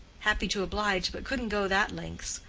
happy to oblige, but couldn't go that lengths.